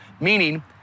Meaning